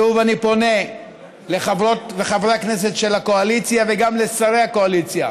שוב אני פונה לחברות וחברי הכנסת של הקואליציה וגם לשרי הקואליציה: